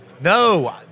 No